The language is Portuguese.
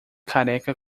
careca